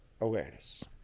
awareness